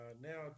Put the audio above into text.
Now